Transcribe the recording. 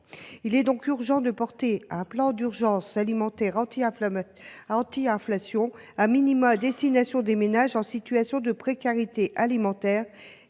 Il est donc urgent de porter un plan d’urgence alimentaire anti inflation à destination, à tout le moins, des ménages en situation de précarité alimentaire,